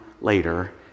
later